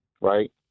right